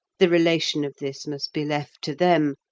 the relation of this must be left to them,